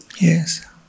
Yes